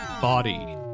Body